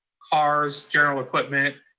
cars, general equipment,